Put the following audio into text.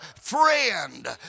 friend